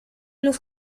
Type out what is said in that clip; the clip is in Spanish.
los